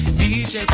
dj